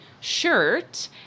shirt